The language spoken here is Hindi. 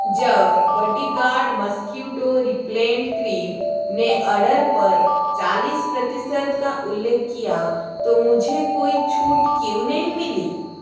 जब बॉडीगार्ड मॉस्किटो रेपेलेंट क्रीम ने ऑर्डर पर चालीस प्रतिशत का उल्लेख किया तो मुझे कोई छूट क्यों नहीं मिली